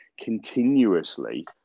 continuously